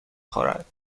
خورد